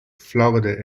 florida